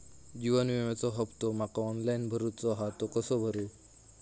जीवन विम्याचो हफ्तो माका ऑनलाइन भरूचो हा तो कसो भरू?